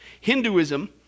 Hinduism